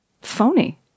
phony